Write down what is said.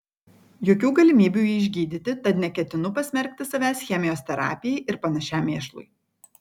jokių galimybių jį išgydyti tad neketinu pasmerkti savęs chemijos terapijai ir panašiam mėšlui